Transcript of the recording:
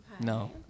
No